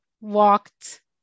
walked